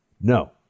no